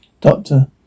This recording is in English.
Doctor